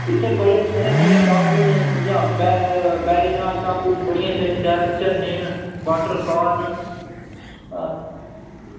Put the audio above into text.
इत्थै बड़े सोह्ने सोह्ने टापू न इ'यां वै वेरीनाग टापू बड़ियां शैल झरने न वाटरफाल न